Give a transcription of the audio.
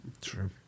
True